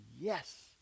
yes